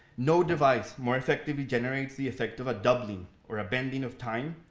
no device more effectively generates the effect of a doubling, or a bending of time,